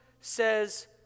says